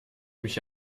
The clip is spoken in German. mich